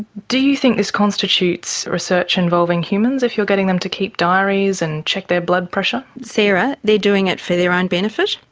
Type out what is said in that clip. do you think this constitutes research involving humans, if you're getting them to keep diaries and check their blood pressure? sarah, they're doing it for their own benefit.